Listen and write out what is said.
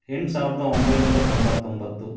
ಎಂಟು ಸಾವಿರದ ಒಂಬೈನೂರ ತೊಂಬತ್ತೊಂಬತ್ತು